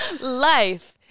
life